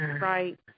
Right